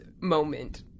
moment